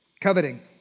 coveting